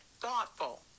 thoughtful